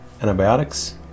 antibiotics